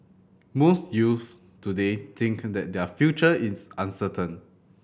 most youths today think that their future is uncertain